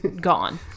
gone